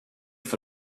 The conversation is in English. for